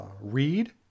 read